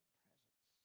presence